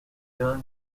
reveals